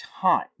time